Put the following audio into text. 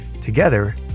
Together